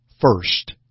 first